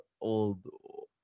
old